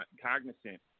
cognizant